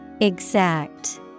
exact